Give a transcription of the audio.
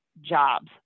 jobs